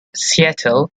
seattle